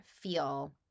feel